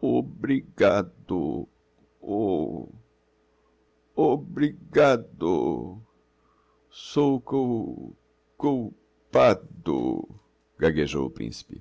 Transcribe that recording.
obrigado ô ôbrigado sou cul cul pado gaguejou o principe